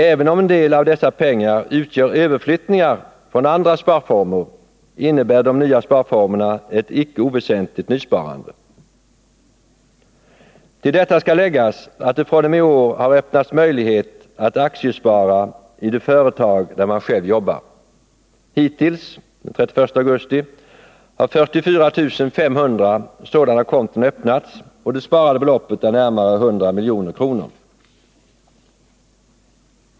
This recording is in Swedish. Även om en del av dessa pengar utgör överflyttningar från andra sparformer, innebär de nya sparformerna ett icke oväsentligt nysparande. Till detta skall läggas att det fr.o.m. i år har öppnats möjlighet att aktiespara i det företag där man själv jobbar. Hittills, den 31 augusti, har 44 500 sådana konton öppnats och det sparade beloppet är närmare 100 milj.kr.